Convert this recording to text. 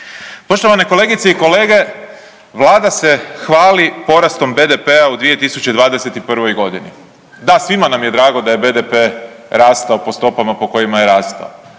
Poštovane kolegice i kolege, vlada se hvali porastom BDP-a u 2021. godini. Da, svima nam je drago da je BDP rastao po stopama po kojima je rastao,